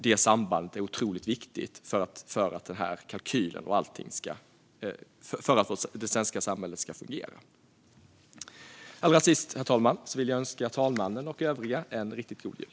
Det sambandet är otroligt viktigt för att det svenska samhället ska fungera. Allra sist vill jag önska talmannen och övriga en riktigt god jul.